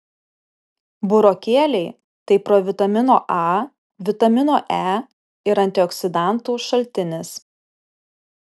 burokėliai tai provitamino a vitamino e ir antioksidantų šaltinis